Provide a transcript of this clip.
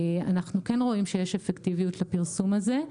אנחנו כן רואים שיש אפקטיביות לפרסום הזה.